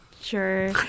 Sure